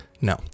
no